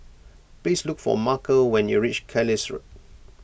please look for Markel when you reach Carlisle Road